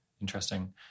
Interesting